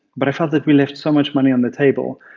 but i felt that we left so much money on the table.